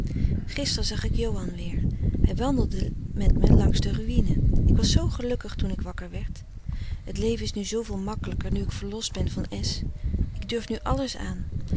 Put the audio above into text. gister zag ik johan weer hij wandelde met me langs de ruïne ik was z gelukkig toen ik wakker werd t leven is nu zooveel makkelijker nu ik verlost ben van s ik durf nu alles aan